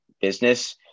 business